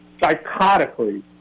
psychotically